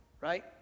right